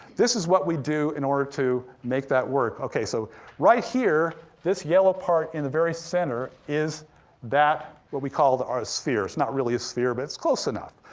this is what we do in order to make that work. okay, so right here, this yellow part in the very center, is that, what we called our sphere. it's not really a sphere, but it's close enough.